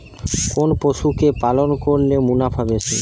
কোন পশু কে পালন করলে মুনাফা বেশি?